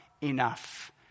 enough